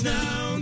now